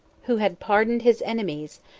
who had pardoned his enemies,